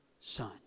son